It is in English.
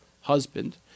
husband